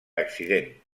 accident